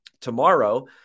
tomorrow